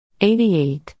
88